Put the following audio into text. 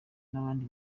n’abandi